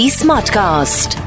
smartcast